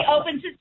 opens